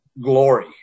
glory